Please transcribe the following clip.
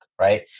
right